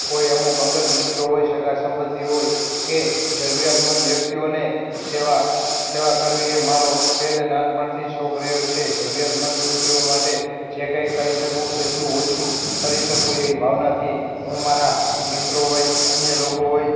કોઈ અમુક અંગત મિત્રો હોય સગા સબંધીઓ હોય કે જરૂરિયાતમંદ વ્યક્તિઓને સેવા કરવી એ મારો પહેલે નાનપણથી જ શોખ રહ્યો છે જરૂરિયાતમંદ વ્યક્તિઓ માટે જે કંઈ કરી શકું એટલું ઓછું કરી શકું એવી ભાવનાથી હું મારા મિત્રો હોય અન્ય લોકો હોય